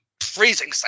freezing